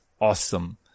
awesome